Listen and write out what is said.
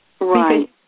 Right